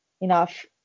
enough